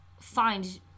find